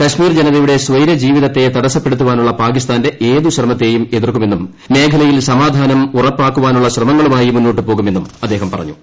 കശ്മീർ ജനതയുടെ സ്വൈര്യ ജീവിതത്തെ തടസ്സപ്പെടുത്താനുള്ള പാകിസ്ഥാന്റെ ഏതു ശ്രമത്തെയും എതിർക്കുമെന്നും മേഖലയിൽ സമാധാനം ഉറപ്പാക്കാനുള്ള ശ്രമങ്ങളുമായി മുന്നോട്ടു പോകുമെന്നും അദ്ദേഹം പറഞ്ഞു